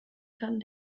kann